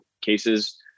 cases